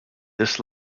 this